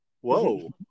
Whoa